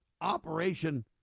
operation